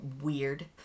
weird